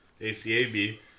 A-C-A-B